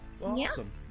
awesome